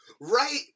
Right